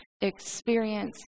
experience